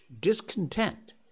discontent